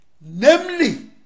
namely